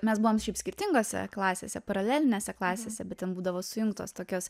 mes buvom šiaip skirtingose klasėse paralelinėse klasėse bet ten būdavo sujungtos tokios